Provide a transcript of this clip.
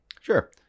Sure